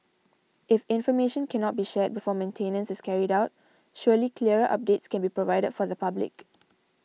if information cannot be shared before maintenance is carried out surely clearer updates can be provided for the public